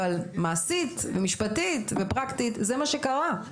אבל מבחינה משפטית ופרקטית זה מה שקרה.